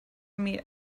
meet